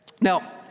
Now